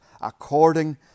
according